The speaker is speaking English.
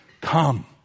come